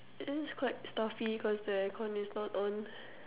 it is quite stuffy cause the air-con is not on